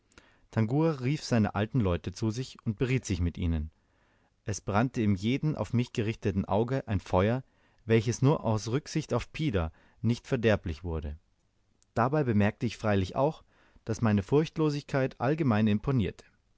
tangua rief seine alten leute zu sich und beriet sich mit ihnen es brannte in jedem auf mich gerichteten auge ein feuer welches nur aus rücksicht auf pida nicht verderblich wurde dabei bemerkte ich freilich auch daß meine furchtlosigkeit allgemein imponierte